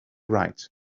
right